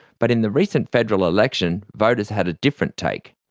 but in the recent federal election, voters had a different take.